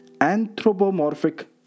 anthropomorphic